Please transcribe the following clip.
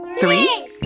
Three